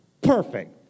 perfect